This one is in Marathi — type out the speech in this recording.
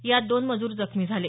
यात दोन मज्र जखमी झाले